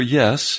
yes